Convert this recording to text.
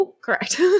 Correct